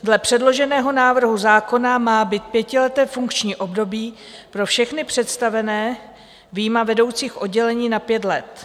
Dle předloženého návrhu zákona má být pětileté funkční období pro všechny představené vyjma vedoucích oddělení na pět let.